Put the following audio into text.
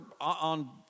on